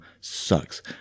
sucks